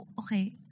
Okay